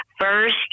first